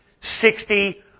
sixty